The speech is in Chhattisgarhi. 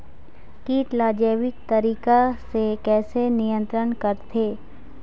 कीट ला जैविक तरीका से कैसे नियंत्रण करथे?